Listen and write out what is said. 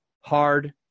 hard